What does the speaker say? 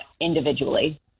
individually